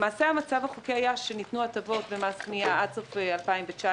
למעשה המצב החוקי היה שניתנו הטבות במס קנייה עד סוף שנת 2019,